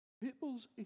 People's